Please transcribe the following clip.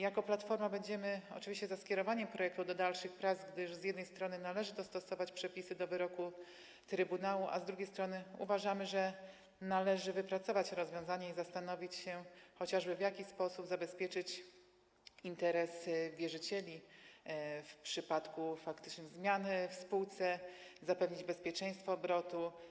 Jako Platforma będziemy oczywiście za skierowaniem projektu do dalszych prac, gdyż z jednej strony należy dostosować przepisy do wyroku trybunału, a z drugiej strony uważamy, że należy wypracować rozwiązanie i zastanowić się, w jaki sposób zabezpieczyć chociażby interesy wierzycieli w przypadku faktycznej zmiany w spółce, zapewnić bezpieczeństwo obrotu.